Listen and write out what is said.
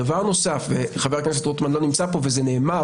דבר נוסף חבר כנסת רוטמן לא נמצא פה וזה נאמר